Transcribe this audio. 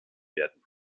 werden